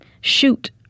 Shoot